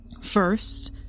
First